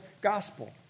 gospel